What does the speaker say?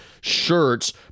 shirts